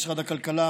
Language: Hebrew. משרד הכלכלה,